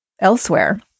elsewhere